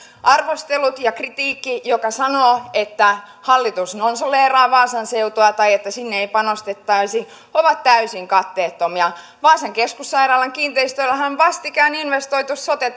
arvostelu ja kritiikki joka sanoo että hallitus nonsaleeraa vaasan seutua tai että sinne ei panostettaisi on täysin katteetonta vaasan keskussairaalan kiinteistöillähän on vastikään investoitu sote